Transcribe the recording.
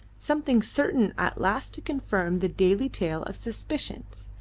something certain at last to confirm the daily tale of suspicions,